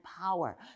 power